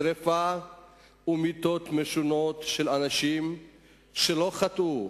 שרפה ומיתות משונות של אנשים שלא חטאו,